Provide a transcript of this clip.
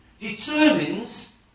determines